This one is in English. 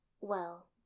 Well